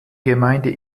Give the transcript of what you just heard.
gemeinde